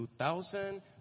2000